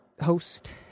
host